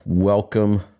Welcome